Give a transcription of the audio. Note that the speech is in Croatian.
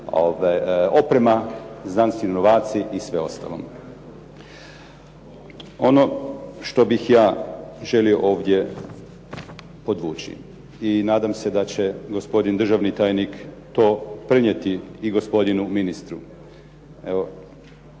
oprema, znanstveni novaci i sve ostalo. Ono što bih ja želio ovdje podvući i nadam se da će gospodin državni tajnik to prenijeti i gospodinu ministru.